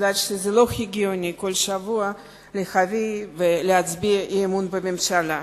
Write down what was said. כי זה לא הגיוני כל שבוע להצביע אי-אמון בממשלה.